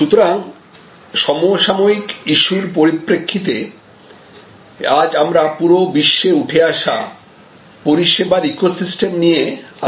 সুতরাং সমসাময়িক ইস্যুর পরিপ্রেক্ষিতে এ আজ আমরা পুরো বিশ্বে উঠে আসা পরিষেবার ইকোসিস্টেম নিয়ে আলোচনা করব